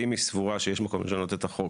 ואם היא סבורה שיש מקום לשנות את החוק